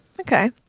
okay